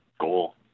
goal